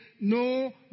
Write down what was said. No